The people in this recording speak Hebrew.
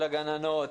של הגננות,